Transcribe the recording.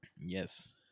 Yes